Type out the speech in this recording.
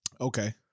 Okay